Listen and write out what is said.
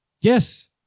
Yes